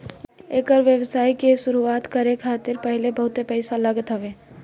एकर व्यवसाय के शुरुआत करे खातिर पहिले बहुते पईसा लागत हवे